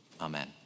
amen